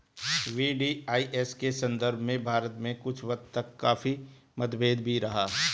VDIS के संदर्भ में भारत में कुछ वक्त तक काफी मतभेद भी रहा है